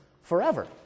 forever